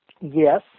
yes